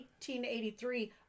1883